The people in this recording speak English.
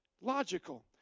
logical